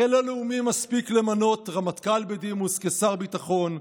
הרי לא לאומי מספיק למנות רמטכ"ל בדימוס כשר ביטחון,